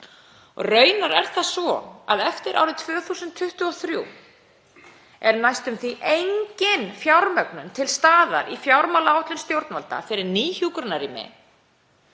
Raunar er það svo að eftir árið 2023 er næstum því engin fjármögnun til staðar í fjármálaáætlun stjórnvalda fyrir ný hjúkrunarrými.